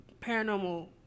paranormal